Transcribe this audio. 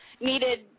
needed